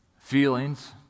feelings